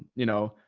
you know,